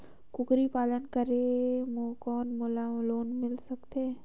कूकरी पालन करे कौन मोला लोन मिल सकथे?